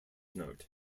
note